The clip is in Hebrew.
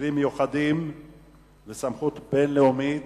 (מקרים מיוחדים וסמכות בין-לאומית)